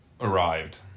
arrived